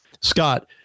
Scott